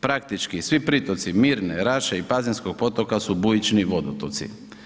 Praktički, svi pritoci Mirne, Raše i pazinskog potoka su bujični vodotoci.